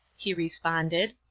he responded.